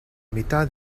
mitad